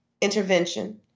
intervention